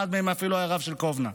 אחד מהם אפילו היה הרב של קובנה.